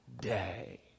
day